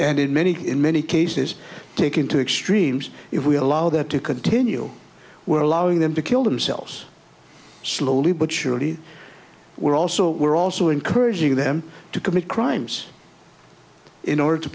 and in many in many cases taken to extremes if we allow that to continue we're allowing them to kill themselves slowly but surely we're also we're also encouraging them to commit crimes in order to